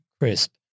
crisp